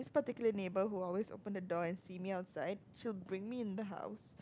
particular neighbour who always open the door and see me outside she'll bring me in the house